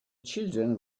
children